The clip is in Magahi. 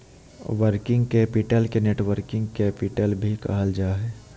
वर्किंग कैपिटल के नेटवर्किंग कैपिटल भी कहल जा हय